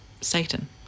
Satan